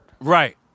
Right